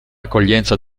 accoglienza